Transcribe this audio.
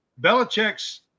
Belichick's